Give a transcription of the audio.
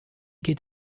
geht